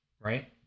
right